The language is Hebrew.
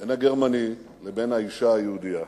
בין הגרמני, לאשה היהודייה.